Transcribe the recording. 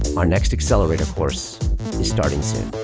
our next accelerator course is starting soon.